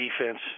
defense